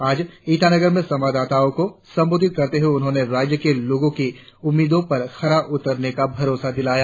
आज ईटानगर में संवाददाताओं को संबोधित करते हुए उन्होंने राज्य के लोगों की उम्मीदों पर खरा उतरने का भरोसा दिलाया